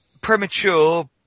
Premature